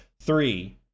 Three